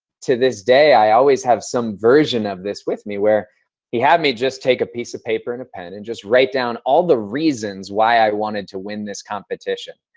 to this day, i always have some version of this with me, where he had me just take a piece of paper and a pen and just write down all the reasons why i wanted to win this competition.